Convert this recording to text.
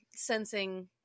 sensing